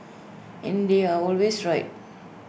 and they are always right